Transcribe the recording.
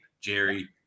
Jerry